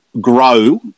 grow